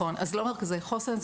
אז לא מרכזי חוסן,